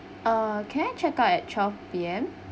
uh can I check out at twelve P_M